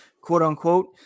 quote-unquote